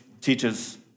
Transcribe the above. teaches